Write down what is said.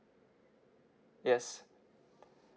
yes